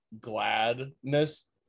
gladness